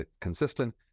consistent